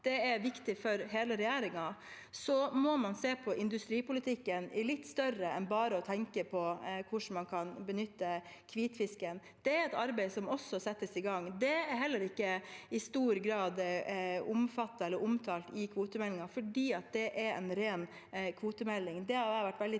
det er viktig for hele regjeringen – må man se på industripolitikken i litt større perspektiv enn bare å tenke på hvordan man kan benytte hvitfisken. Det er et arbeid som også settes i gang. Det er heller ikke i stor grad omfattet av eller omtalt i kvotemeldingen, fordi det er en ren kvotemelding.